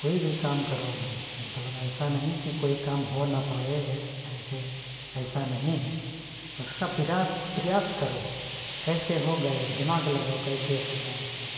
कोई भी काम करोगे मतलब ऐसा नहीं कि कोई काम हो न पाए यह ऐसे ऐसा नहीं है उसका पिरास प्रयास करो कैसे होगा यह दिमाग लगाओ कैसे होगा मतलब